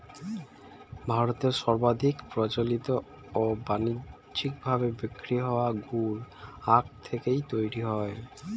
ভারতে সর্বাধিক প্রচলিত ও বানিজ্যিক ভাবে বিক্রি হওয়া গুড় আখ থেকেই তৈরি হয়